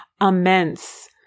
immense